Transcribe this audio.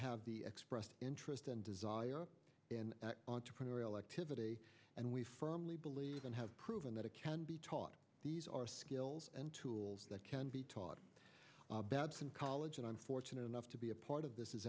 have expressed interest and desire and entrepreneurial activity and we firmly believe and have proven that it can be taught these are skills and tools that can be taught babson college and i'm fortunate enough to be a part of this is